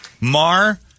Mar